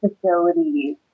facilities